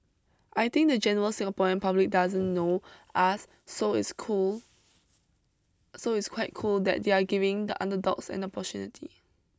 I think the general Singaporean public doesn't know us so it's cool so it's quite cool that they're giving the underdogs an opportunity